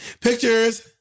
Pictures